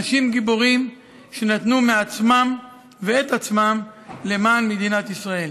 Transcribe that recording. אנשים גיבורים שנתנו מעצמם ואת עצמם למען מדינת ישראל.